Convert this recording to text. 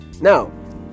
Now